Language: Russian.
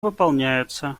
выполняются